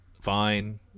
fine